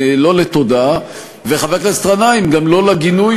לא לתודה, וחבר הכנסת גנאים, גם לא לגינוי,